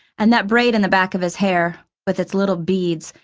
and that braid in the back of his hair, with its little beads,